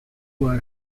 were